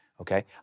okay